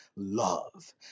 love